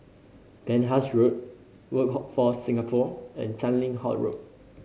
Penhas Road Workforce Singapore and Tanglin Halt Road